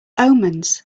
omens